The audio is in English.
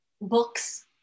books